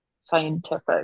scientific